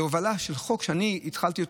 להובלה של חוק שאני התחלתי אותו,